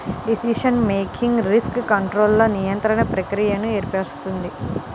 decision making risk కంట్రోల్ల నిరంతర ప్రక్రియను ఏర్పరుస్తుంది